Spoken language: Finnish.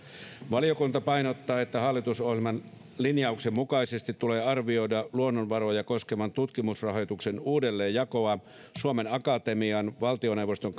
valiokunta painottaa että hallitusohjelman linjauksen mukaisesti tulee arvioida luonnonvaroja koskevan tutkimusrahoituksen uudelleenjakoa suomen akatemian valtioneuvoston